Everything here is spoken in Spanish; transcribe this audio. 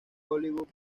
hollywood